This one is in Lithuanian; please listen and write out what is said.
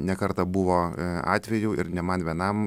ne kartą buvo atvejų ir ne man vienam